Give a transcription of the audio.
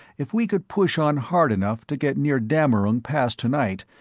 if we could push on hard enough to get near dammerung pass tonight,